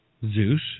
Zeus